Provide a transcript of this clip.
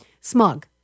smug